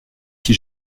qui